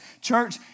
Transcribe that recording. Church